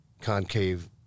concave